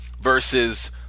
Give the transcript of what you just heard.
versus